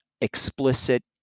explicit